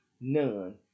none